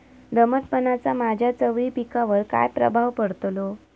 दमटपणाचा माझ्या चवळी पिकावर काय प्रभाव पडतलो?